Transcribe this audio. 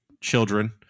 children